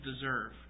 deserve